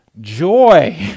joy